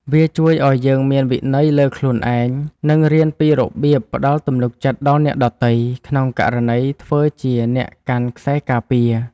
វាជួយឱ្យយើងមានវិន័យលើខ្លួនឯង និងរៀនពីរបៀបផ្ដល់ទំនុកចិត្តដល់អ្នកដទៃ ក្នុងករណីធ្វើជាអ្នកកាន់ខ្សែការពារ។